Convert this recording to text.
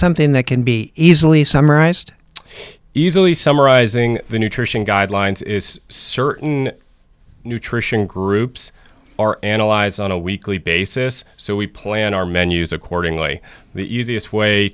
something that can be easily summarized easily summarizing the nutrition guidelines is certain nutrition groups are analyze on a weekly basis so we plan our menus accordingly the easiest way